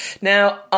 Now